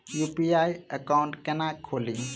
UPI account केना खोलि?